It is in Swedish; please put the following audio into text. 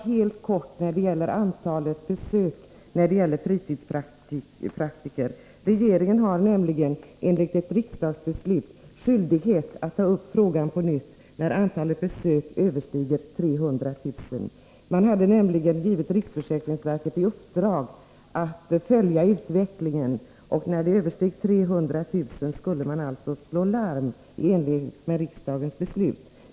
Helt kort när det gäller antalet besök hos fritidspraktiker: Regeringen har enligt ett riksdagsbeslut skyldighet att ta upp på frågan på nytt när antalet besök överstiger 300 000. Regeringen har gett riksförsäkringsverket i uppdrag att följa utvecklingen, och när antalet besök kommit att överstiga 300 000 skulle man i enlighet med riksdagens beslut slå larm.